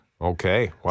Okay